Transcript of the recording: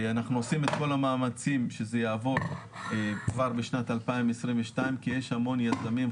אנחנו עושים את כל המאמצים שזה יעבור כבר בשנת 2022 כי יש המון יזמים,